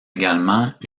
également